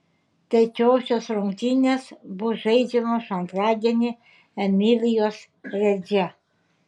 trečiosios rungtynės bus žaidžiamos antradienį emilijos redže